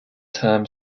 term